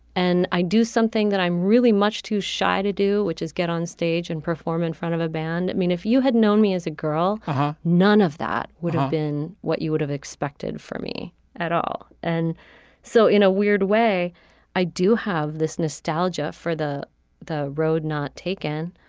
and i do something that i'm really much too shy to do which is get on stage and perform in front of a band. i mean if you had known me as a girl haha none of that would have been what you would have expected for me at all. and so in a weird way i do have this nostalgia for the the road not taken.